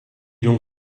l’on